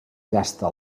gasta